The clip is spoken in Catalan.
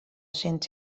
cent